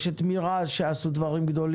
יש את מיראז' שעשו ועושים